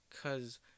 cause